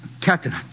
Captain